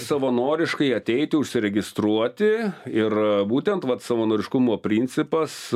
savanoriškai ateiti užsiregistruoti ir būtent vat savanoriškumo principas